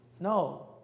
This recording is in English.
No